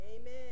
Amen